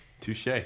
Touche